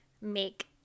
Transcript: make